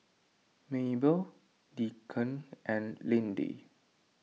Mabelle Deacon and Lindy